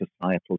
societal